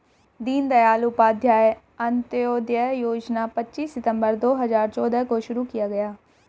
दीन दयाल उपाध्याय अंत्योदय योजना पच्चीस सितम्बर दो हजार चौदह को शुरू किया गया